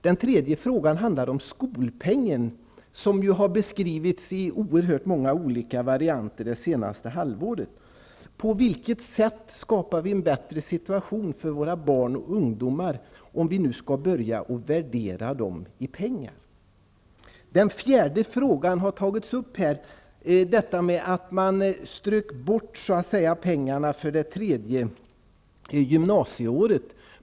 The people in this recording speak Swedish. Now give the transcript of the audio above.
Den tredje frågan handlar om skolpengen, som har beskrivits i oerhört många olika varianter det senaste halvåret. På vilket sätt skapar vi en bättre situation för våra barn och ungdomar om vi nu skall börja värdera dem i pengar? Den fjärde frågan har redan tagits upp. Den har att göra med att man strök bort pengarna för det tredje gymnasieåret.